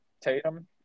Tatum